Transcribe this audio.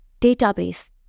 database